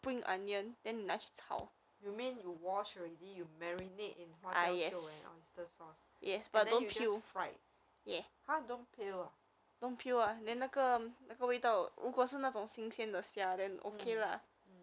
ah but pasta 不是应该 supposed to be healthy orh is it because you put cream more cream more cheese that's why